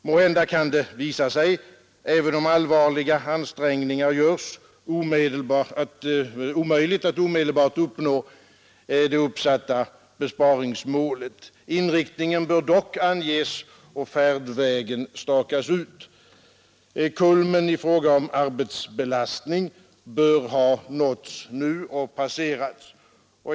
Måhända kan det visa sig omöjligt, även om allvarliga ansträngningar görs, att omedelbart uppnå det uppsatta sparmålet. Inriktningen bör dock anges och färdvägen stakas ut. Kulmen i fråga om arbetsbelastning bör ha nåtts nu och passerats.